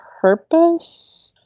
purpose